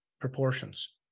proportions